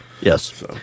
yes